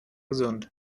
gesund